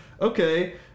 okay